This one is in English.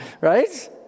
Right